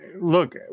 look